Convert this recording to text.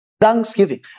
Thanksgiving